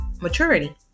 maturity